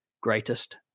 Greatest